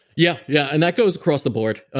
yeah, yeah and that goes across the board,